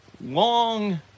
long